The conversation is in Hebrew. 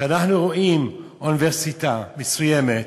כשאנחנו רואים אוניברסיטה מסוימת,